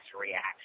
reaction